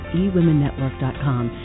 eWomenNetwork.com